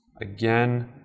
Again